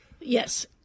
Yes